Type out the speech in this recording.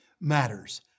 matters